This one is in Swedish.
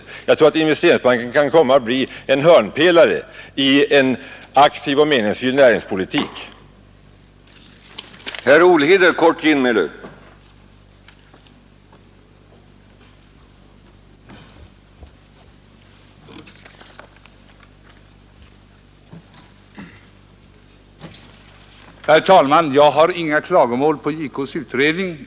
Jag tror nämligen på att Investeringsbanken — rätt skött — kan komma att bli en hörnpelare i en aktiv och meningsfylld näringspolitik under lång tid framöver.